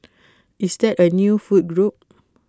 is that A new food group